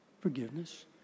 Forgiveness